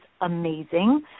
amazing